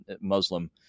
Muslim